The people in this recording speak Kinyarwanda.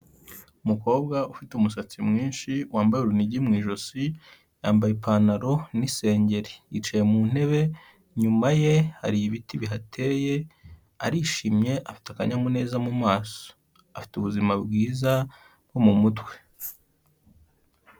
Umukobwa ufite umusatsi mwinshi wambaye urunigi mu ijosi, yambaye ipantaro n'isengeri yicaye mu ntebe, inyuma ye hari ibiti bihateye arishimye afite akanyamuneza mu maso, afite ubuzima bwiza bwo mu mutwe.